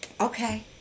Okay